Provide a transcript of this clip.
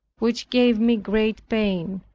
which gave me great pain.